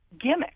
gimmick